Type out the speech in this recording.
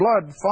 blood